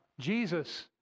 Jesus